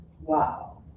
Wow